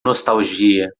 nostalgia